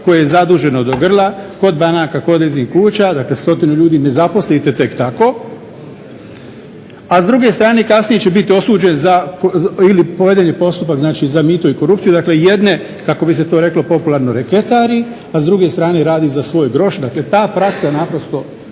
koje je zaduženo do grla kod banaka, koda leasing kuća. Dakle stotinu ljudi ne zaposlite tek tako, a s druge strane kasnije će bit osuđen ili proveden je postupak znači za mito i korupciju, jedne kako bi se to reklo popularno reketari a s druge strane radi za svoj groš. Dakle ta praksa naprosto